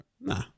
Nah